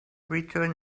return